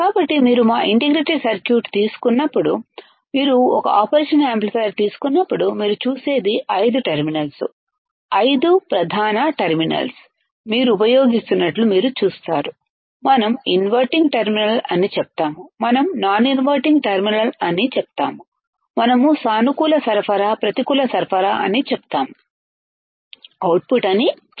కాబట్టి మీరు మా ఇంటిగ్రేటెడ్ సర్క్యూట్ తీసుకున్నప్పుడు మీరు ఒక ఆపరేషన్ యాంప్లిఫైయర్ తీసుకున్నప్పుడు మీరు చూసేది ఐదు టెర్మినల్స్ ఐదు ప్రధాన టెర్మినల్స్ మీరు ఉపయోగిస్తున్నట్లు మీరు చూస్తారు మనం ఇన్వర్టింగ్ టెర్మినల్ అని చెప్తాము మనం నాన్ ఇన్వర్టింగ్ టెర్మినల్ అని చెప్తాము మనం సానుకూల సరఫరా ప్రతికూల సరఫరా అని చెప్తాము అవుట్పుట్ అని చెప్తాము